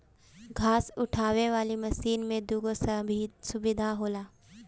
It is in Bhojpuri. घास उठावे वाली मशीन में दूगो सुविधा होला